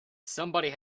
somebody